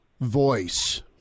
voice